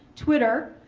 twitter,